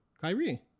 Kyrie